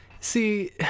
See